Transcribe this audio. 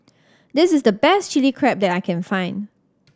this is the best Chili Crab that I can find